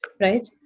right